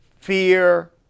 fear